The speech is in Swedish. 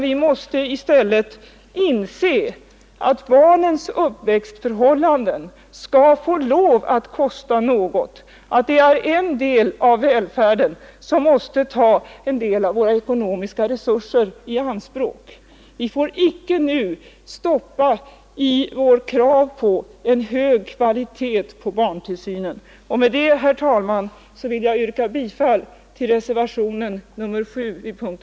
Vi måste i stället inse att barnens uppväxtförhållanden skall få lov att kosta något och att detta utgör en bit av välfärden som måste få ta en del av våra ekonomiska resurser i anspråk. Vi får inte inför detta stoppa kraven på en hög kvalitet på barntillsynen. Med detta, herr talman, yrkar jag bifall till reservationen 7 vid punkt &